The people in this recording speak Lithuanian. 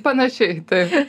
panašiai taip